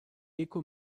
gecko